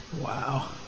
wow